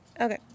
Okay